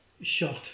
shot